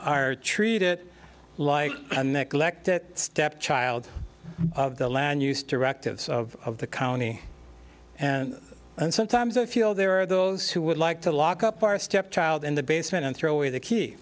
are treat it like an eclectic stepchild of the land use directives of the county and and sometimes i feel there are those who would like to lock up our stepchild in the basement and throw away the key